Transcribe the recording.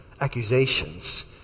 accusations